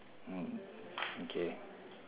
mm okay